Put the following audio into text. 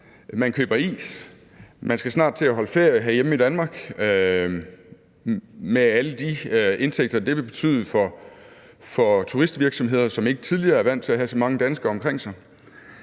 man køber is, man skal snart til at holde ferie herhjemme i Danmark med alle de indtægter, det vil betyde for turistvirksomheder, som ikke fra tidligere er vant til at have så mange danskere omkring sig,